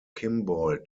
kimball